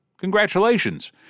Congratulations